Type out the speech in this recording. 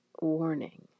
warning